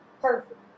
perfect